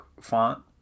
font